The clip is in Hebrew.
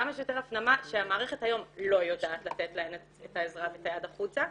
כמה שיותר הפנמה שהמערכת היום לא יודעת לתת להן את העזרה ואת היד החוצה,